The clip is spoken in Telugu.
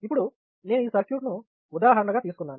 ఇప్పుడు నేను ఈ సర్క్యూట్ను ఉదాహరణగా తీసుకున్నాను